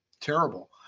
terrible